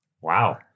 Wow